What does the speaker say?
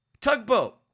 tugboat